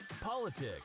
politics